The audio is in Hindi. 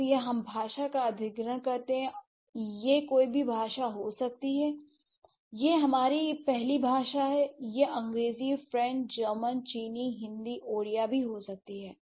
इसलिए हम भाषा का अधिग्रहण करते हैं यह कोई भी भाषा हो सकती है यह हमारी पहली भाषा है यह अंग्रेजी फ्रेंच जर्मन चीनी हिंदी ओडिया भी हो सकती है